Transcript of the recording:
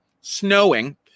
snowing